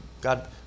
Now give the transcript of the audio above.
God